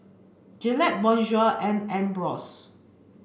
Gillette Bonjour and Ambros